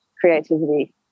creativity